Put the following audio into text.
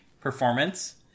performance